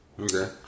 okay